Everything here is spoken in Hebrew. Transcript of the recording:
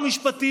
אני מתייחס.